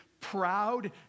proud